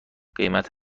قیمت